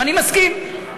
ואני מסכים,